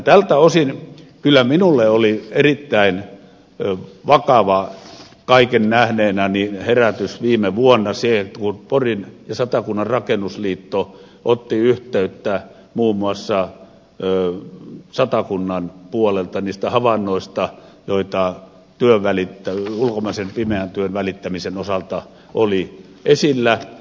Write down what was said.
tältä osin kyllä minulle kaiken nähneenä oli erittäin vakava herätys viime vuonna se kun satakunnan rakennusliitto porista otti yhteyttä muun muassa satakunnan puolelta niistä havainnoista joita ulkomaisen pimeän työn välittämisen osalta oli esillä